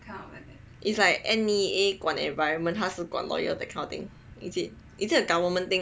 is like N_E_A 管 environment 它是管 lawyer that kind of thing is it is it a government thing or is it orh okay